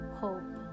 hope